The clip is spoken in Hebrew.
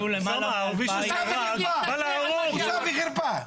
בושה וחרפה.